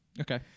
Okay